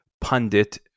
pundit